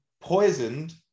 poisoned